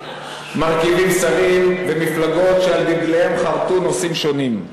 מרכיבים שרים במפלגות שעל דגליהן חרתו נושאים שונים,